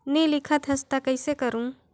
नी लिखत हस ता कइसे करू?